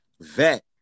vet